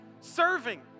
Serving